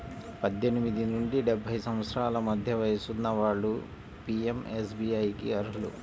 పద్దెనిమిది నుండి డెబ్బై సంవత్సరాల మధ్య వయసున్న వాళ్ళు పీయంఎస్బీఐకి అర్హులు